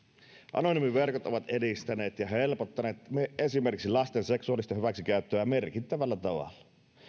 anonyymiverkot ovat edistäneet ja helpottaneet esimerkiksi lasten seksuaalista hyväksikäyttöä merkittävällä tavalla